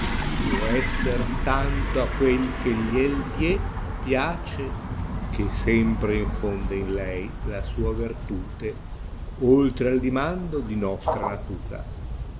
suo esser tanto a quel che gliel die piace che sempre infonde in lei la sua rertute oltre al dimando di nostra natura